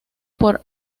por